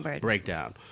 breakdown